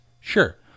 sure